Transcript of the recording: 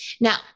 Now